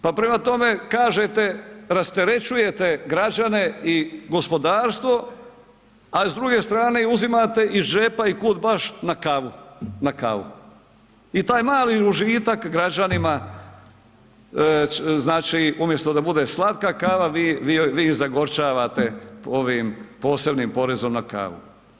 Prema tome, kažete rasterećujete građane i gospodarstvo, a s druge strane uzimate iz džepa i kud baš na kavu i taj mali užitak građanima umjesto da bude slatka kava vi je zagorčavate ovim posebnim porezom na kavu.